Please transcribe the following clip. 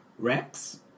Rex